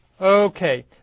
Okay